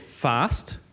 fast